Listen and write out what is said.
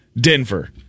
Denver